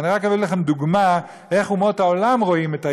ורק אביא לכם דוגמה איך אומות העולם רואים את היהדות,